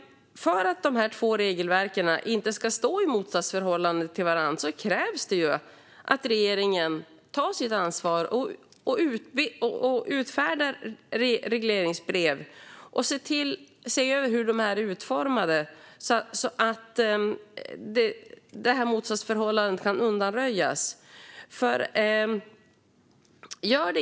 För att dessa två regelverk inte ska stå i motsatsförhållande till varandra krävs att regeringen tar sitt ansvar, utfärdar regleringsbrev och ser över hur dessa regelverk är utformade, så att det här motsatsförhållandet kan undanröjas.